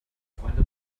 freunde